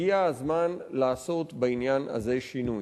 הגיע הזמן לעשות בעניין הזה שינוי.